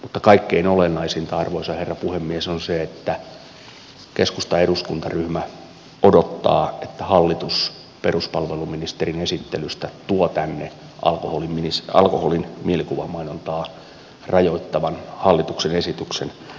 mutta kaikkein olennaisinta arvoisa herra puhemies on se että keskustan eduskuntaryhmä odottaa että hallitus peruspalveluministerin esittelystä tuo tänne alkoholin mielikuvamainontaa rajoittavan hallituksen esityksen